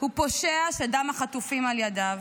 הוא פושע שדם החטופים על ידיו.